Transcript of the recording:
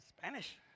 Spanish